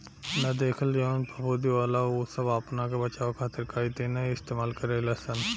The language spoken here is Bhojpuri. ना देखल जवन फफूंदी होला उ सब आपना के बचावे खातिर काइतीने इस्तेमाल करे लसन